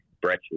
Brett